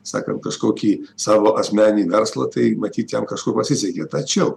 sakant kažkokį savo asmeninį verslą tai matyt jam kažkur pasisekė tačiau